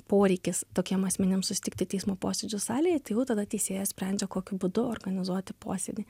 poreikis tokiem asmenim susitikti teismo posėdžių salėje tai jau tada teisėjas sprendžia kokiu būdu organizuoti posėdį